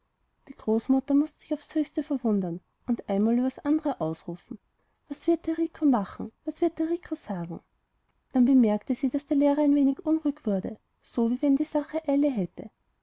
die großmutter mußte sich aufs höchste verwundern und einmal über das andere ausrufen was wird der rico machen was wird der rico sagen dann bemerkte sie daß der lehrer ein wenig unruhig wurde so wie wenn die sache eile hätte